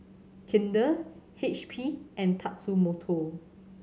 Kinder H P and Tatsumoto